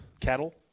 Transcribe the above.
Cattle